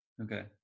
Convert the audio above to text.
Okay